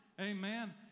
Amen